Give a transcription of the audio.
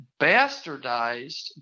bastardized